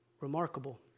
Remarkable